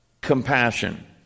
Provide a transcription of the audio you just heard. compassion